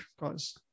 guys